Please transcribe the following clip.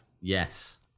Yes